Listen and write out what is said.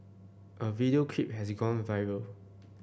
a video clip has gone viral